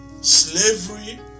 slavery